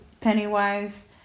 Pennywise